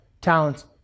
talents